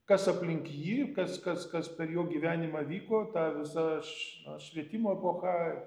kas aplink jį kas kas kas per jo gyvenimą vyko ta visa š švietimo epocha